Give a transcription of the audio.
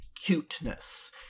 cuteness